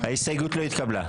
ההסתייגות לא התקבלה.